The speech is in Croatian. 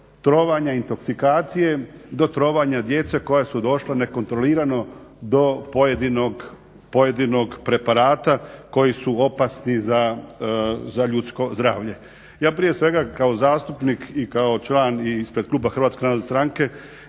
trovanja i intoksikacije do trovanja djece koja su došla nekontrolirano do pojedinog preparata koji su opasni za ljudsko zdravlje. Ja prije svega kao zastupnik i kao član i ispred kluba HNS-a gledam na